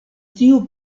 tiu